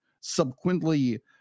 subsequently